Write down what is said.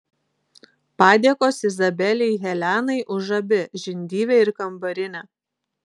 padėkos izabelei helenai už abi žindyvę ir kambarinę